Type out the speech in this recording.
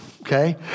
Okay